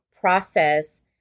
process